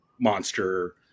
monster